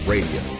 Radio